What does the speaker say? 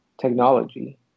technology